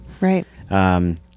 Right